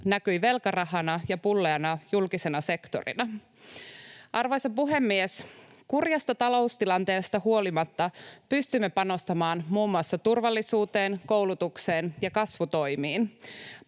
näkyi velkarahana ja pulleana julkisena sektorina. Arvoisa puhemies! Kurjasta taloustilanteesta huolimatta pystymme panostamaan muun muassa turvallisuuteen, koulutukseen ja kasvutoimiin.